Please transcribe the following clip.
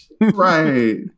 Right